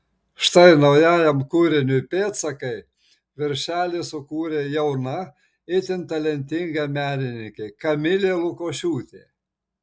štai naujajam kūriniui pėdsakai viršelį sukūrė jauna itin talentinga menininkė kamilė lukošiūtė